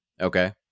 Okay